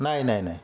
नाही नाही नाही